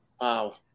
Wow